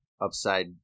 upside